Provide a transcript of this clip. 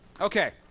Okay